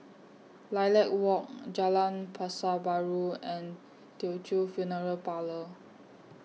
Lilac Walk Jalan Pasar Baru and Teochew Funeral Parlour